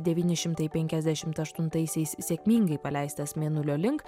devyni šimtai penkiasdešimt aštuntaisiais sėkmingai paleistas mėnulio link